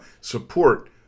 Support